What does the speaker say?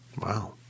Wow